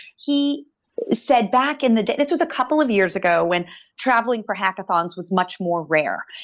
he said back in the day this was a couple of years ago when traveling for hackathons was much more rare.